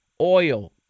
oil